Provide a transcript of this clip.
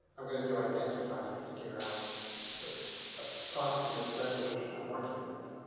i'm going to do identify to figure out the approximate resolution i'm working with.